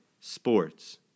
sports